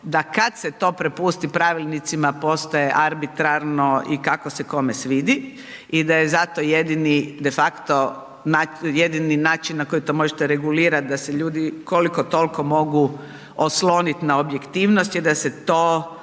da kad se to prepusti pravilnicima postaje arbitrarno i kako se kome svidi i da je zato jedini de facto, jedini način na koji to možete regulirat da se ljudi koliko toliko mogu osloniti na objektivnosti, a da se to